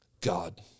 god